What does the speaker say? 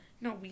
No